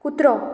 कुत्रो